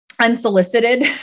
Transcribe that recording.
unsolicited